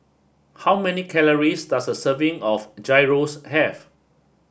how many calories does a serving of Gyros have